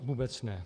Vůbec ne.